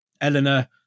Eleanor